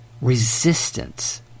resistance